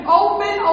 open